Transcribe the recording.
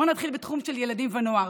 בואו נתחיל בתחום של ילדים ונוער: